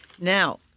Now